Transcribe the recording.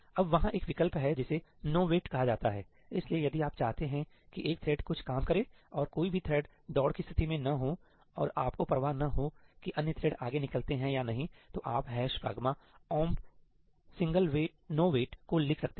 अब वहाँ एक विकल्प है जिसे नोवेट कहा जाता इसलिए यदि आप चाहते हैं कि एक थ्रेड कुछ काम करे और कोई भी थ्रेड दौड़ की स्थिति मे न हो और आपको परवाह न हो कि अन्य थ्रेड आगे निकलते हैं या नहीं तो आप ' pragma omp single nowait '' pragma omp single' nowait को लिख सकते हैं